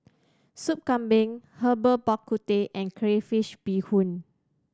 Sop Kambing Herbal Bak Ku Teh and crayfish beehoon